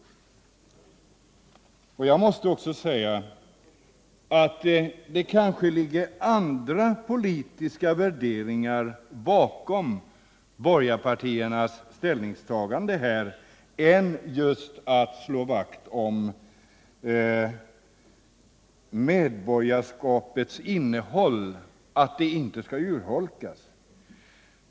Jag måste också säga att det kanske ligger andra politiska värderingar bakom borgarpartiernas ställningstagande här än att slå vakt om att medborgarskapets innehåll inte skall urholkas.